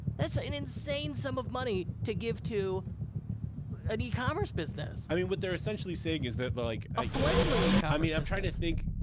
that's ah an insane sum of money to give to an ecommerce business. i mean, what they're essentially saying is that like a fledgling ecommerce like ah i mean, i'm trying to think,